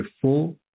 four